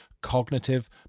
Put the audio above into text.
cognitive